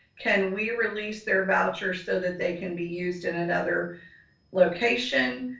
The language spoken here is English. can we release their voucher so that they can be used in another location?